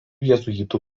jėzuitų